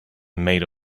made